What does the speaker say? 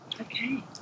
Okay